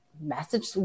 message